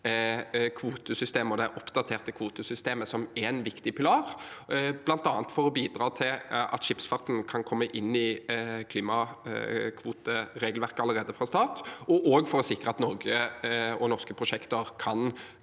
slutte seg til det oppdaterte kvotesystemet, som er en viktig pilar, bl.a. for å bidra til at skipsfarten kan komme inn i klimakvoteregelverket allerede fra start, og for å sikre at Norge og norske prosjekter skal